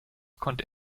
konnte